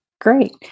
great